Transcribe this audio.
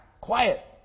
quiet